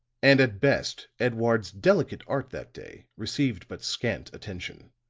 and at best edouard's delicate art that day received but scant attention.